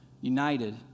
united